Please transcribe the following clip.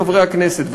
חברי הכנסת,